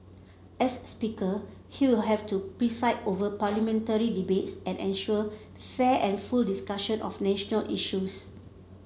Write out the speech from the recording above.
as Speaker he will have to preside over Parliamentary debates and ensure fair and full discussion of national issues